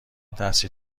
تحصیل